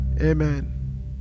Amen